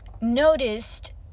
noticed